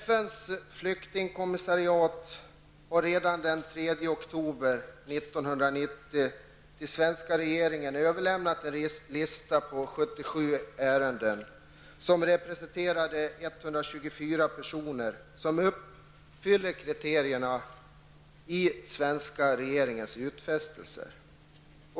FNs flyktingkommissar överlämnade redan den 3 oktober 1990 till den svenska regeringen en lista över 77 ärenden, representerande 124 personer, som uppfyller kriterierna i den svenska regeringens utfästelser.